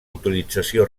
utilització